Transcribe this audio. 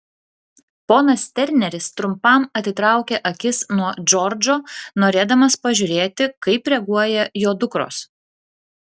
ponas terneris trumpam atitraukė akis nuo džordžo norėdamas pažiūrėti kaip reaguoja jo dukros